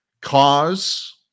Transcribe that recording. cause